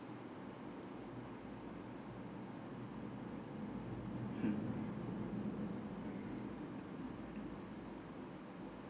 mm